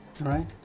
Right